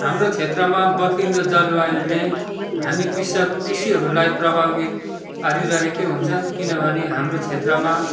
हाम्रो क्षेत्रमा बद्लिँदो जलवायुले हामी कृषक कृषिहरूलाई प्रभावित पारिरहेकै हुन्छ किनभने हाम्रो क्षेत्रमा